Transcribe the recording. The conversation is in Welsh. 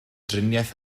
driniaeth